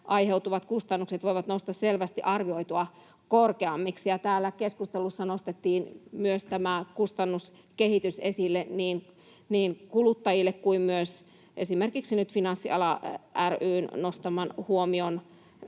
aiheutuvat kustannukset voivat nousta selvästi arvioitua korkeammiksi. Täällä keskustelussa nostettiin esille myös tämä kustannuskehitys niin kuluttajille kuin myös esimerkiksi nyt Finanssiala ry:n nostaman huomion